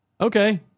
Okay